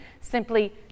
Simply